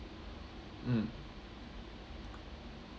mm